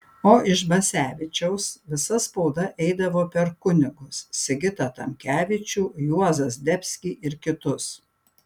o iš bacevičiaus visa spauda eidavo per kunigus sigitą tamkevičių juozą zdebskį ir kitus